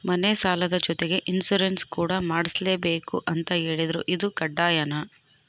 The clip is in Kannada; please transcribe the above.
ಮನೆ ಸಾಲದ ಜೊತೆಗೆ ಇನ್ಸುರೆನ್ಸ್ ಕೂಡ ಮಾಡ್ಸಲೇಬೇಕು ಅಂತ ಹೇಳಿದ್ರು ಇದು ಕಡ್ಡಾಯನಾ?